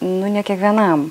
nu ne kiekvienam